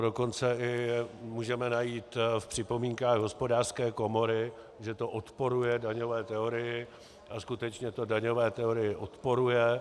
Dokonce to můžeme i najít v připomínkách Hospodářské komory, že to odporuje daňové teorii, a skutečně to daňové teorii odporuje.